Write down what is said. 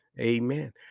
Amen